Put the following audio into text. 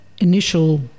initial